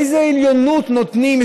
איזו עליונות נותנים?